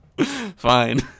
Fine